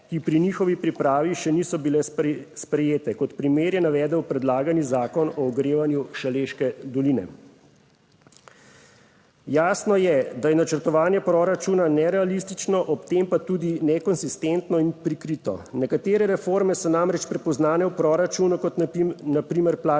ki pri njihovi pripravi še niso bile sprejete; kot primer je navedel predlagani zakon o ogrevanju Šaleške doline. Jasno je, da je načrtovanje proračuna nerealistično, ob tem pa tudi nekonsistentno in prikrito. Nekatere reforme so namreč prepoznane v proračunu, kot na primer